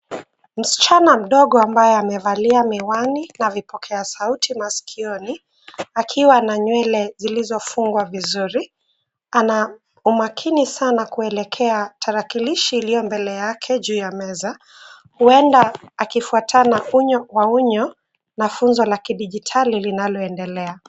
Msichana mdogo ambaye amevalia miwani na vipokea sauti masikioni, akiwa na nywele zilizofungwa vizuri, ana umakini sana kuelekea tarakilishi iliyo mbele yake juu ya meza huenda akifuatana unyo kwa unyo na funzo la kidijitali linaloendelea.